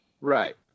Right